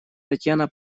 татьяна